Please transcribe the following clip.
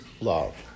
love